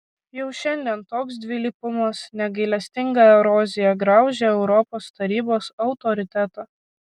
jau šiandien toks dvilypumas negailestinga erozija graužia europos tarybos autoritetą